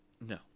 No